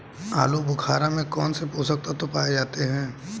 आलूबुखारा में कौन से पोषक तत्व पाए जाते हैं?